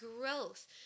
growth